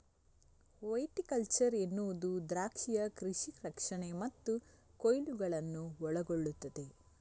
viticulture ಎನ್ನುವುದು ದ್ರಾಕ್ಷಿಯ ಕೃಷಿ ರಕ್ಷಣೆ ಮತ್ತು ಕೊಯ್ಲುಗಳನ್ನು ಒಳಗೊಳ್ಳುತ್ತದೆ